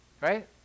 right